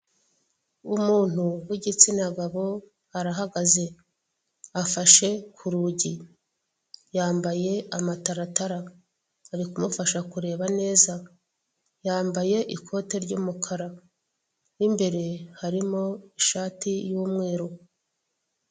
Umuntu w'igitsina gabo arahagaze. Afashe ku rugi yambaye amataratara ari kumufasha kureba neza, yambaye ikote ry'umukara mo imbere harimo ishati y'umweru.